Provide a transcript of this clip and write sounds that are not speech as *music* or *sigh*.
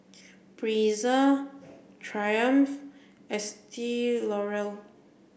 Breezer Triumph Estee *unintelligible*